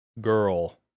girl